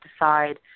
decide